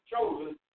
chosen